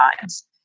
times